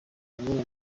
imibonano